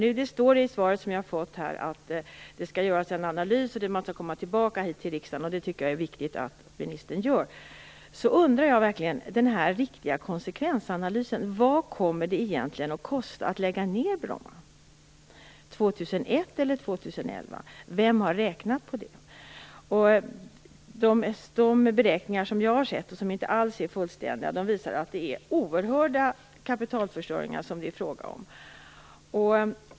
I det svar som jag har fått står det att det skall göras en analys och att regeringen skall komma tillbaka till riksdagen. Jag tycker att det är viktigt att ministern gör det. Jag efterlyser en riktig konsekvensanalys. Vad kommer det egentligen att kosta att lägga ned Bromma år 2001 eller år 2011? Vem har räknat på det? De beräkningar som jag har sett - och som inte alls är fullständiga - visar att det är fråga om oerhörda kapitalförstöringar.